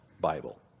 Bible